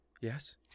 Yes